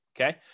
okay